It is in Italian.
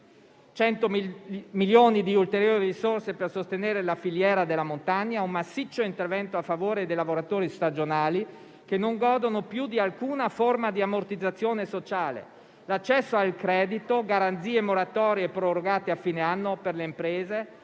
100 milioni di ulteriori risorse per sostenere la filiera della montagna, un massiccio intervento a favore dei lavoratori stagionali che non godono più di alcuna forma di ammortizzazione sociale, l'accesso al credito, garanzie moratorie prorogate a fine anno per le imprese,